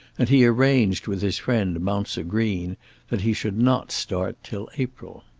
and he arranged with his friend mounser green that he should not start till april.